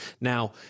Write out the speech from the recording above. Now-